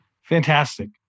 Fantastic